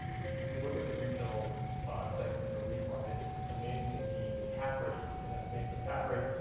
if you if you look at the retail segment of the reit market, it's it's amazing to see the cap rates in that space. cap rate,